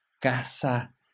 casa